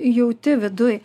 jauti viduj